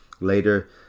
later